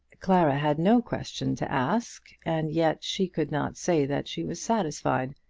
clara had no question to ask, and yet she could not say that she was satisfied.